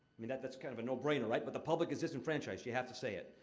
mean, that's kind of a no-brainer, right? but the public is disenfranchised you have to say it.